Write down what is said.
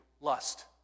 Lust